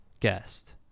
guest